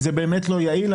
זה באמת לא יעיל,